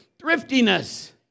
thriftiness